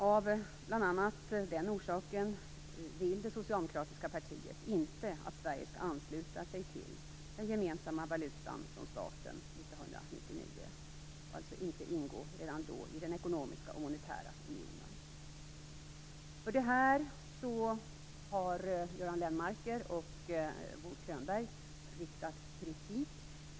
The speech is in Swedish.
Av bl.a. den orsaken vill det socialdemokratiska partiet inte att Sverige skall ansluta sig till den gemensamma valutan från starten 1999, och alltså inte redan då ingå i den ekonomiska och monetära unionen. För detta har Göran Lennmarker och Bo Könberg riktad kritik mot oss i regeringen.